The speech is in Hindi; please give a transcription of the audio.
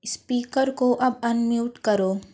स्पीकर को अब अनम्यूट करो